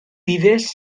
vives